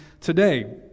today